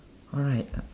all right